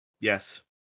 Yes